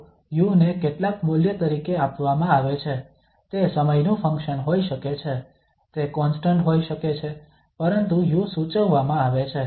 તો u ને કેટલાક મૂલ્ય તરીકે આપવામાં આવે છે તે સમયનું ફંક્શન હોઈ શકે છે તે કોન્સ્ટંટ હોઈ શકે છે પરંતુ u સૂચવવામાં આવે છે